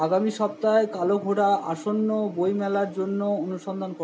আগামী সপ্তাহে কালো ঘোড়া আসন্ন বইমেলার জন্য অনুসন্ধান ক